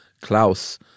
Klaus